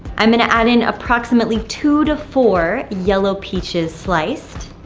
i'm going to add in approximately two to four yellow peaches sliced,